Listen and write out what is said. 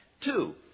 Two